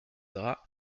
drap